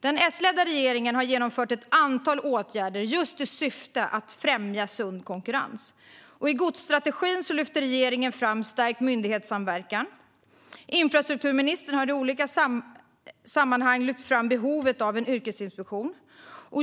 Den S-ledda regeringen har genomfört ett antal åtgärder i syfte att främja sund konkurrens. I godsstrategin lyfter regeringen fram stärkt myndighetssamverkan. Infrastrukturministern har i olika sammanhang lyft fram behovet av en yrkestrafikinspektion.